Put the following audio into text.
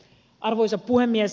arvoisa puhemies